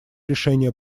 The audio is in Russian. решения